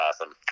awesome